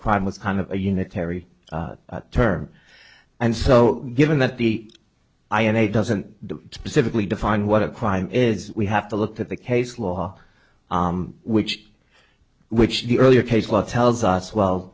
crime was kind of a unitary term and so given that the i n a doesn't do specifically define what a crime is we have to look at the case law which which the earlier case law tells us well